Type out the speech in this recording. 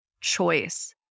choice